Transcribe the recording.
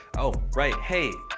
oh right hey,